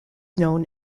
known